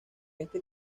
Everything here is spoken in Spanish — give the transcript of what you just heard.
este